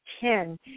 ten